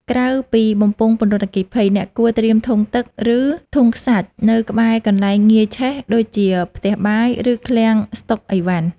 ក្រៅពីបំពង់ពន្លត់អគ្គីភ័យ អ្នកគួរត្រៀមធុងទឹក ឬធុងខ្សាច់នៅក្បែរកន្លែងងាយឆេះ ដូចជាផ្ទះបាយ ឬឃ្លាំងស្តុកឥវ៉ាន់។